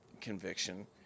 conviction